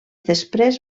després